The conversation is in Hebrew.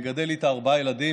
מגדל איתה ארבעה ילדים,